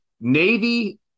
Navy